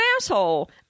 asshole